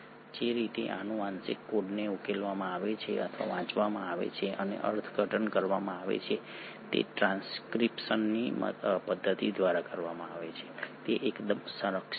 જે રીતે આ આનુવંશિક કોડને ઉકેલવામાં આવે છે અથવા વાંચવામાં આવે છે અને અર્થઘટન કરવામાં આવે છે તે ટ્રાન્સક્રિપ્શનની પદ્ધતિ દ્વારા કરવામાં આવે છે તે એકદમ સંરક્ષિત છે